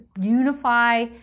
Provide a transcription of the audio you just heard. unify